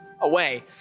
away